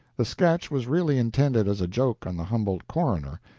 the sketch was really intended as a joke on the humboldt coroner,